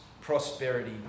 prosperity